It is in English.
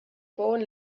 born